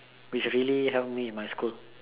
which really help me with my school